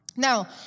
Now